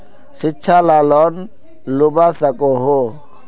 शिक्षा ला लोन लुबा सकोहो?